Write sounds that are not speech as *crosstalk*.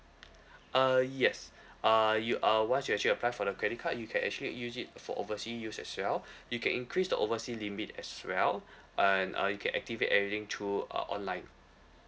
uh yes uh you uh once you actually apply for the credit card you can actually use it for oversea use as well *breath* you can increase the oversea limit as well and uh you can activate everything through uh online